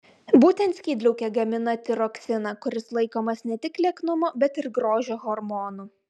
būtent skydliaukė gamina tiroksiną kuris laikomas ne tik lieknumo bet ir grožio hormonu